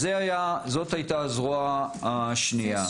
זאת הייתה הזרוע השנייה.